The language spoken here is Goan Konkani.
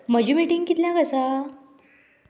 म्हजी मिटींग कितल्यांक आसा